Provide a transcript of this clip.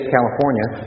California